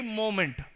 moment